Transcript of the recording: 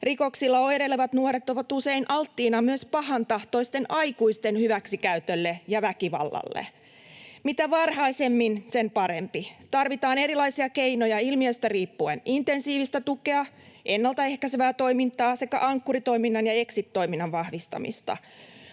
Rikoksilla oireilevat nuoret ovat usein alttiina myös pahantahtoisten aikuisten hyväksikäytölle ja väkivallalle. Mitä varhaisemmin, sen parempi — tarvitaan erilaisia keinoja ilmiöstä riippuen: intensiivistä tukea, ennaltaehkäisevää toimintaa sekä Ankkuri-toiminnan ja exit-toiminnan vahvistamista.